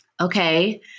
okay